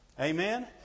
Amen